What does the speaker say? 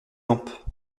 lampe